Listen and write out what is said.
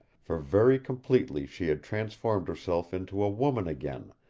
for very completely she had transformed herself into a woman again,